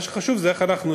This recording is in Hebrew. מה שחשוב זה איך אנחנו,